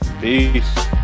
peace